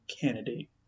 Candidate